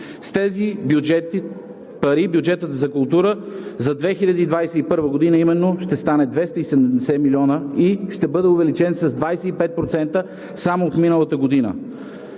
С тези пари бюджетът за култура за 2021 г. ще стане именно 270 милиона и ще бъде увеличен с 25% само от миналата година.